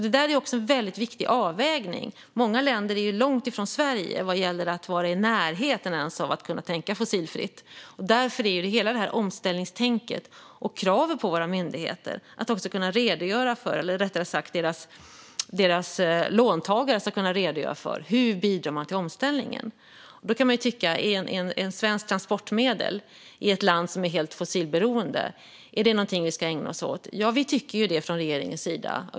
Det där är en viktig avvägning. Många länder ligger långt efter Sverige vad gäller att ens vara i närheten av att kunna tänka fossilfritt. Hela det här omställningstänket innebär att kravet på våra myndigheters låntagare är att de ska kunna redogöra för hur de bidrar till omställningen. Man kan tänka: Ska vi verkligen ägna oss åt att ha ett svenskt transportmedel i ett land som är helt fossilberoende? Ja, vi tycker det från regeringens sida.